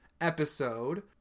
episode